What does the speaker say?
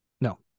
No